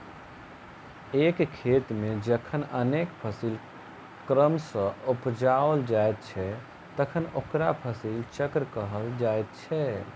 एक खेत मे जखन अनेक फसिल क्रम सॅ उपजाओल जाइत छै तखन ओकरा फसिल चक्र कहल जाइत छै